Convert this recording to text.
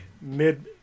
mid